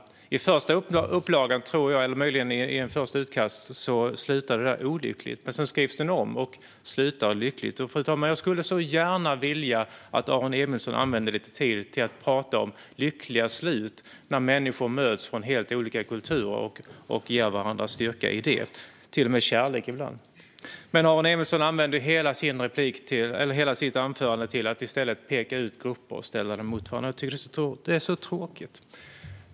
I första upplagan tror jag att det slutade olyckligt. Men sedan skrevs berättelsen om och slutade lyckligt. Fru talman! Jag skulle så gärna vilja att Aron Emilsson använde lite tid till att prata om lyckliga slut när människor från helt olika kulturer möts och ger varandra styrka, till och med kärlek ibland. Men Aron Emilsson använde hela sitt anförande till att i stället peka ut grupper och ställa dem emot varandra. Jag tycker att det är så tråkigt.